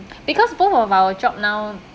because both of our job now